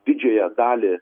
didžiąją dalį